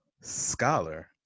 scholar